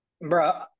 Bro